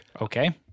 Okay